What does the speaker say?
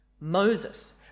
Moses